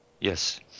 Yes